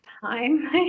time